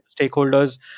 stakeholders